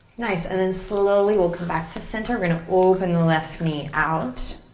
nice, and then slowly we'll come back to center. we're gonna open the left knee out.